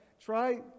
try